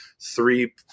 three